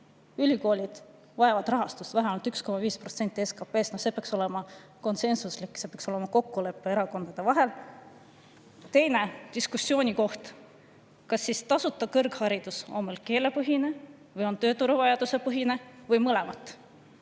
Ülikoolid vajavad rahastust vähemalt 1,5% SKP-st – see peaks olema konsensuslik, see peaks olema kokkulepe erakondade vahel. Teine diskussioonikoht: kas tasuta kõrgharidus on meil keelepõhine või tööturuvajaduse-põhine või mõlemat?